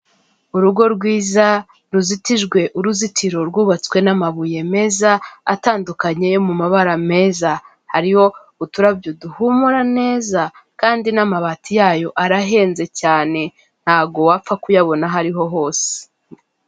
Urugo rwiza, ruzitijwe uruzitiro rwubatswe n'amabuye meza, atandukanye yo mabara meza. Hariho uturabyo duhumura neza, kandi n'amabati yayo arahenze cyane, ntago wapfa kuyabona aho ari ho hose.